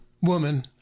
woman